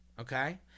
okay